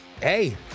hey